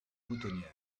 boutonnière